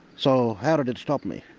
so how did it stop me?